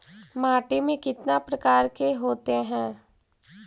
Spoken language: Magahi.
माटी में कितना प्रकार के होते हैं?